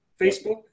Facebook